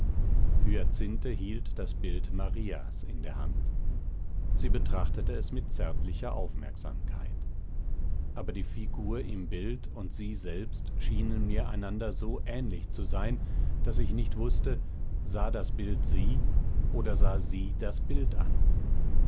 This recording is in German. hyacinthe hielt das bild marias in der hand sie betrachtete es mit zärtlicher aufmerksamkeit aber die figur im bild und sie selbst schienen mir einander so ähnlich zu sein daß ich nicht wußte sah das bild sie oder sah sie das bild an